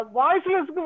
voiceless